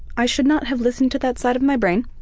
i should not have listened to that side of my brain